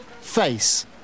Face